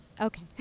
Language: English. okay